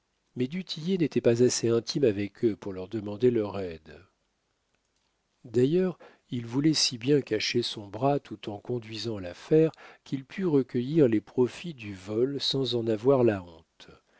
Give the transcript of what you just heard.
mais du tillet n'était pas assez intime avec eux pour leur demander leur aide d'ailleurs il voulait si bien cacher son bras tout en conduisant l'affaire qu'il pût recueillir les profits du vol sans en avoir la honte